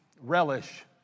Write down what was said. relish